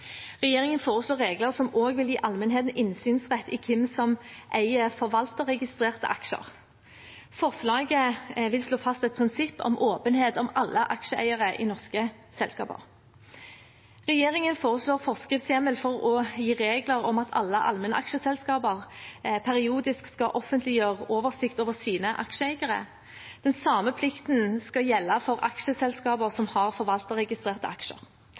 Regjeringen foreslår regler som også vil gi allmennheten innsynsrett i hvem som eier forvalterregistrerte aksjer. Forslaget vil slå fast et prinsipp om åpenhet om alle aksjeeiere i norske selskaper. Regjeringen foreslår forskriftshjemmel for å gi regler om at alle allmennaksjeselskaper periodisk skal offentliggjøre oversikt over sine aksjeeiere. Den samme plikten skal gjelde for aksjeselskaper som har forvalterregistrerte aksjer.